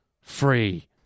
free